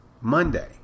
Monday